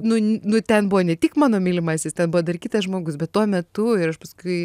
nu nu ten buvo ne tik mano mylimasis ten buvo dar kitas žmogus bet tuo metu ir aš paskui